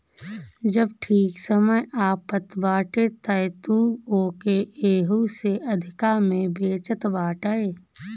जब ठीक समय आवत बाटे तअ तू ओके एहू से अधिका में बेचत बाटअ